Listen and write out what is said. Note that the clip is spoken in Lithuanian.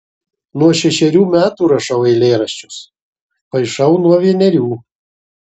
nuo šešerių metų rašau eilėraščius paišau nuo vienerių